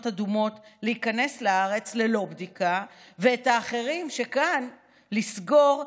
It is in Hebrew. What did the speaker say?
אדומות להיכנס לארץ ללא בדיקה ואת האחרים שכאן לסגור,